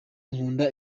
nkunda